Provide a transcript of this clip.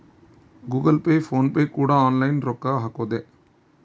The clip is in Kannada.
ಗೂಗಲ್ ಪೇ ಫೋನ್ ಪೇ ಕೂಡ ಆನ್ಲೈನ್ ರೊಕ್ಕ ಹಕೊದೆ